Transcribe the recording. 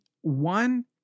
one